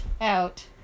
out